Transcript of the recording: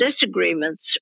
disagreements